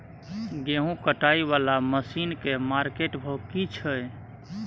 गेहूं कटाई वाला मसीन के मार्केट भाव की छै?